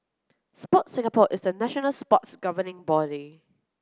Sport Singapore is a national sports governing body